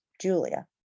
Julia